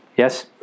Yes